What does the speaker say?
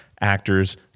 actors